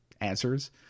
answers